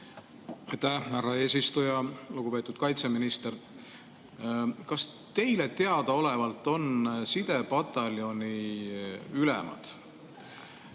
härra eesistuja! Lugupeetud kaitseminister! Kas teile teadaolevalt on sidepataljoni ülemad